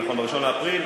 נכון, מ-1 באפריל.